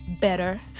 better